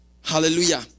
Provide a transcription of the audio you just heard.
hallelujah